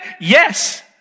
Yes